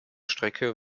strecke